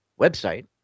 website